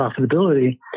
profitability